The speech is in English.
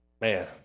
man